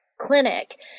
clinic